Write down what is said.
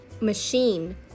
Machine